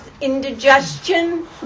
indigestion